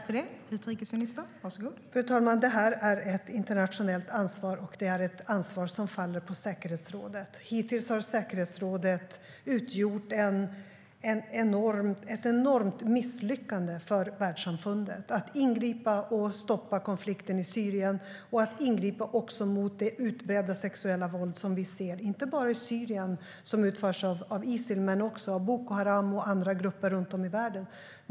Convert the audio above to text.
Fru talman! Det är ett internationellt ansvar, och det är ett ansvar som faller på säkerhetsrådet. Hittills har säkerhetsrådet utgjort ett enormt misslyckande för världssamfundet i fråga om att ingripa och stoppa konflikten i Syrien och att ingripa också mot det utbredda sexuella våld som vi ser inte bara i Syrien som utförs av Isil utan också av Boko Haram och andra grupper runt om i världen.